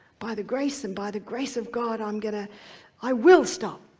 by the grace and by the grace of god um god ah i will stop.